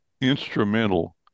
instrumental